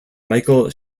michael